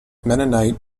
mennonite